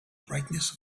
brightness